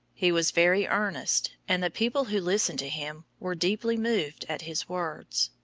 he was very earnest, and the people who listened to him were deeply moved at his words.